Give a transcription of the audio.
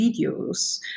videos